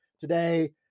today